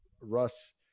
Russ